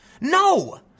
No